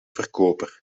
verkoper